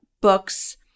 books